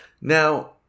now